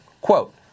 Quote